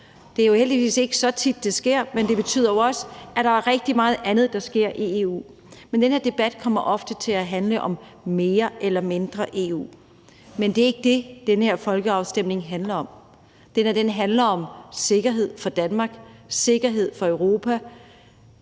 Det er heldigvis ikke så tit, det sker, men det betyder også, at der er rigtig meget andet, der sker i EU. Men den her debat kommer ofte til at handle om mere eller mindre EU. Men det er ikke det, den her folkeafstemning handler om. Den handler om sikkerhed for Danmark, sikkerhed for Europa,